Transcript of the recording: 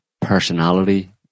personality